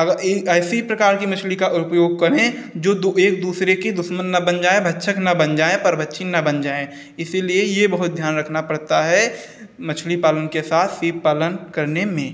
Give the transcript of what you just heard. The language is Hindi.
अब इन ऐसी प्रकार की मछली का उपयोग करें जो दु एक दूसरे की दुश्मन ना बन जाएँ भक्षक ना बन जाएँ परभक्षी ना बन जाएँ इसीलिए ये बहुत ध्यान रखना पड़ता है मछली पालन के साथ सीप पालन करने में